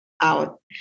Out